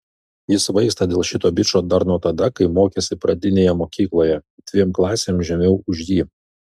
ji svaigsta dėl šito bičo dar nuo tada kai mokėsi pradinėje mokykloje dviem klasėm žemiau už jį